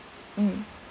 mm